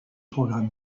programme